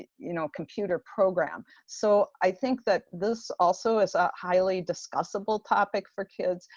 you know, computer program. so i think that this also is a highly discussable topic for kids.